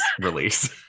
release